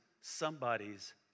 somebody's